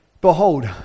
behold